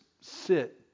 sit